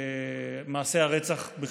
מאשר מעשי הרצח בכלל.